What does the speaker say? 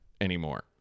anymore